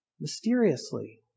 mysteriously